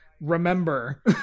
remember